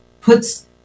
puts